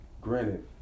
Granted